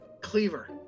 cleaver